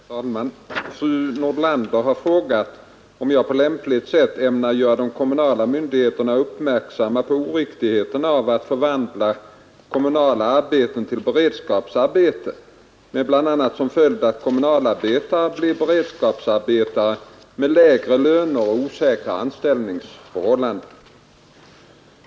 Herr talman! Fru Nordlander har frågat om jag på lämpligt sätt ämnar göra de kommunala myndigheterna uppmärksamma på oriktigheten av att förvandla kommunala arbeten till beredskapsarbeten med bl.a. som 19 följd att kommunalarbetare blir beredskapsarbetare med lägre löner och osäkrare anställningsförhållanden.